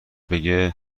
بگه